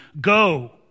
Go